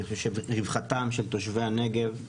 אני חושב שרווחתם של תושבי הנגב חשובה,